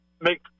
make